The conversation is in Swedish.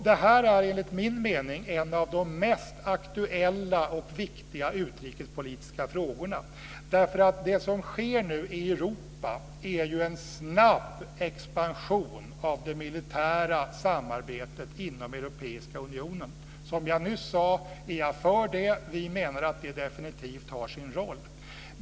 Det här är enligt min mening en av de mest aktuella och viktiga utrikespolitiska frågorna, därför att det som sker nu i Europa är en snabb expansion av det militära samarbetet inom Europeiska unionen. Som jag nyss sade är jag för det. Vi menar att det definitivt har sin roll.